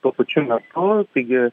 tuo pačiu metu taigi